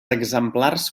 exemplars